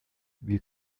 wir